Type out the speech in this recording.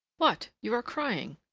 what! you are crying!